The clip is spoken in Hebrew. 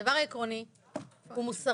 הדבר העקרוני ומוסרי